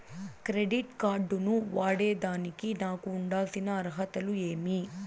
Credit card ను వాడేదానికి నాకు ఉండాల్సిన అర్హతలు ఏమి?